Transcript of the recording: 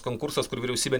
konkursas kur vyriausybė